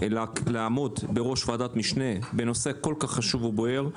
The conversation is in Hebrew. לעמוד בראש ועדת משנה בנושא כל כך חשוב ובוער.